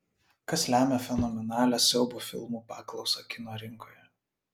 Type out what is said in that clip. kas lemia fenomenalią siaubo filmų paklausą kino rinkoje